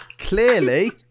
Clearly